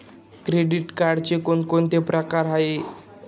Credit कार्डचे कोणकोणते प्रकार आहेत?